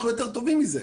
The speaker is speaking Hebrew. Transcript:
אנחנו יותר טובים מזה.